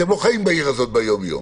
אתם לא חיים בעיר הזאת ביום-יום.